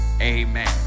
Amen